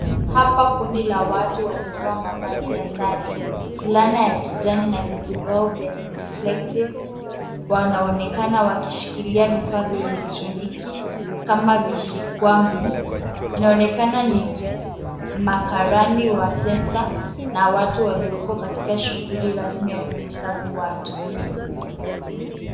Hapa kundi la watu waliovaa mavazi ya sare , fulana ya kijani na vizibao vya reflective wanaonekana wakishikilia vifaa vya elektroniki kama vishikwambi inaonekana ni makarani wa census na watu walioko katika shughuli rasmi ya kuhesabu watu .